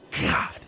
God